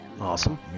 Awesome